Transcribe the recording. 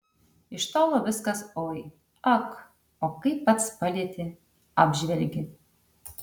iš tolo viskas oi ak o kai pats palieti apžvelgi